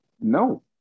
No